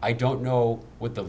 i don't know what the